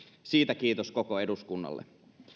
siitä kiitos koko eduskunnalle